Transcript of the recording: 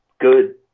good